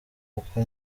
kuko